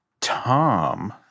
Tom